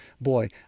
boy